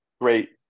great